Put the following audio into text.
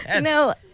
No